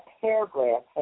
paragraph